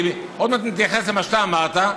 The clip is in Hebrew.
כי עוד מעט נתייחס למה שאתה אמרת,